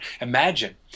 Imagine